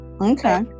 okay